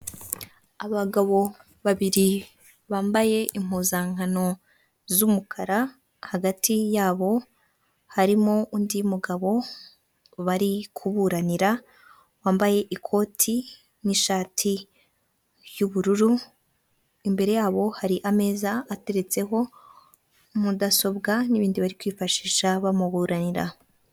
Abagabo babiri bambaye impuzankano z'umukara hagati yabo harimo undi mugabo bari kuburanira wambaye ikoti n'inshati y'ubururu, imbere yabo hari ameza ateretseho mudasobwa n'ibindi bari kwifashisha bamuburanira.